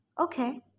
Okay